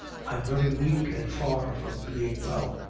i'm very wake, and far from being well.